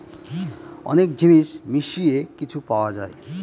অনেক জিনিস মিশিয়ে কিছু পাওয়া যায়